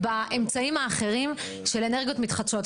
באמצעים האחרים של אנרגיות מתחדשות.